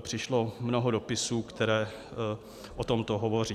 přišlo mnoho dopisů, které o tomto hovoří.